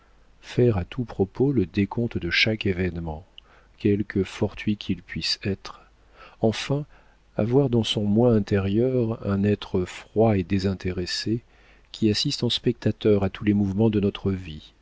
faire à tout propos le décompte de chaque événement quelque fortuit qu'il puisse être enfin avoir dans son moi intérieur un être froid et désintéressé qui assiste en spectateur à tous les mouvements de notre vie